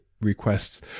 requests